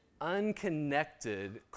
unconnected